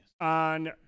on